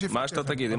מה שאתה תגיד.